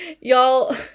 y'all